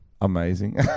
Amazing